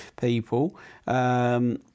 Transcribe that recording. people